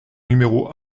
numéro